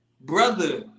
brother